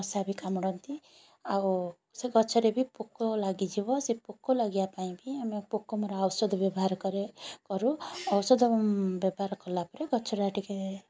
ମଶା ବି କାମୁଡ଼ନ୍ତି ଆଉ ସେ ଗଛରେ ବି ପୋକ ଲାଗିଯିବ ସେ ପୋକ ଲାଗିବା ପାଇଁ ବି ଆମେ ପୋକ ମରା ଔଷଧ ବ୍ୟବହାର କରୁ ଔଷଧ ବ୍ୟବହାର କଲାପରେ ଗଛଟା ଟିକେ